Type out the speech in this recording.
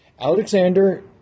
Alexander